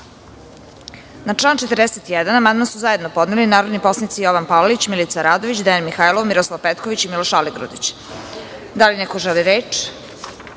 član 234. amandman su zajedno podneli narodni poslanici Jovan Palalić, Milica Radović, Dejan Mihajlov, Miroslav Petković i Miloš Aligrudić. Da li neko želi reč?